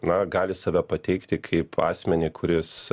na gali save pateikti kaip asmenį kuris